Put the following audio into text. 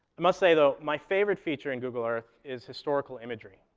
i must say though, my favorite feature in google earth is historical imagery.